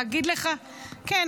להגיד לך --- אני לא --- כן,